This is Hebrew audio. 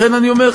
לכן אני אומר,